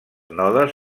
nodes